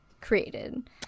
created